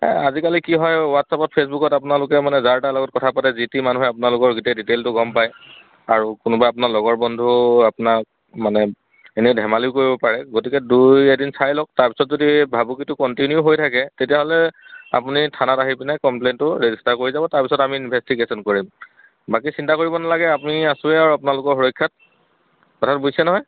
এই আজিকালি কি হয় হোৱাটছাপত ফেচবুকত আপোনালোকে মানে যাৰ তাৰ লগত কথা পাতে যিটি মানুহে আপোনাৰ গোটেই ডিটেইলটো গম পায় আৰু কোনোবা আপোনাৰ লগৰ বন্ধু আপোনাক মানে এনে ধেমালিও কৰিব পাৰে গতিকে দুই এদিন চাই লওঁক তাৰপিছত যদি ভাবুকিটো কণ্টিনিউ হৈ থাকে তেতিয়াহ'লে আপুনি থানাত আহি পিনে কম্প্লেইণ্টটো ৰেজিষ্টাৰ কৰি যাব তাৰপিছত আমি ইনভেষ্টিগেশ্যন কৰিম বাকী চিন্তা কৰিব নালাগে আপুনি আছোৱে আৰু আপোনালোকৰ সুৰক্ষ্যাত কথাটো বুজিছে নহয়